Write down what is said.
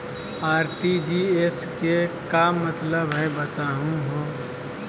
RTGS के का मतलब हई, बताहु हो?